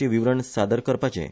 टी विवरण सादर करपाचें